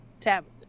Tabitha